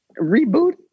reboot